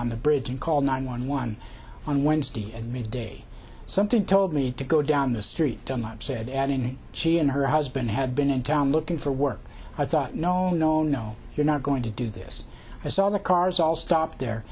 on the bridge and call nine one one on wednesday at midday something told me to go down the street dunlop said adding she and her husband had been in town looking for work i thought no no no you're not going to do this because all the cars all stopped there